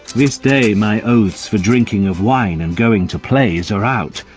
this day my oaths for drinking of wine and going to plays are out,